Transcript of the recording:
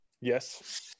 Yes